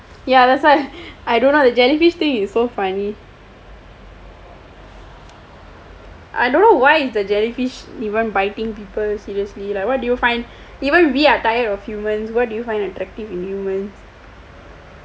ya that's why I don't know the jellyfish thing you is so funny I don't know why is the jellyfish even biting people seriously like why do you find even we are tired of humans what do you find it attractive in humans